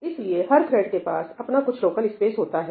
इसलिए हर थ्रेड के पास अपना कुछ लोकल स्पेस होता है